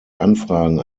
anfragen